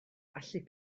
allu